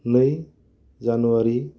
नै जानुवारि